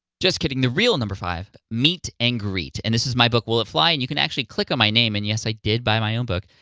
just kidding, the real number five, meet and greet, and this is my book will it fly? and you can actually click on my name, and yes, i did buy my own book.